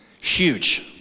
Huge